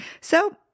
so-